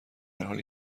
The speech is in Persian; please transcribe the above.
حالی